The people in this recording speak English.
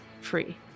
free